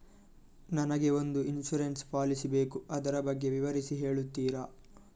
ನನಗೆ ಒಂದು insurance policy ಬೇಕು ಅದರ ಬಗ್ಗೆ ವಿವರಿಸಿ ಹೇಳುತ್ತೀರಾ?